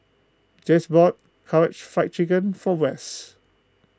bought Karaage Fried Chicken for Wess